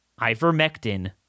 ivermectin